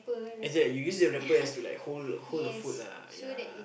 let's say like you use the wrapper as to like to hold hold your food lah like ya